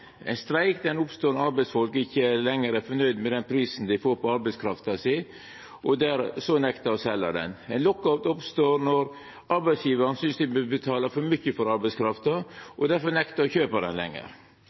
Ein streik oppstår når arbeidsfolk ikkje lenger er nøgde med den prisen dei får for arbeidskrafta si, og så nektar å selja ho. Ein lockout oppstår når arbeidsgjevaren synest han betalar for mykje for